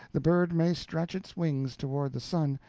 the bird may stretch its wings toward the sun,